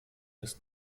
ist